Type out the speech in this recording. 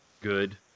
good